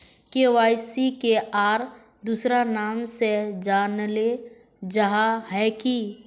KYC के आर दोसरा नाम से जानले जाहा है की?